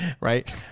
right